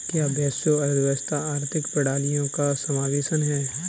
क्या वैश्विक अर्थव्यवस्था आर्थिक प्रणालियों का समावेशन है?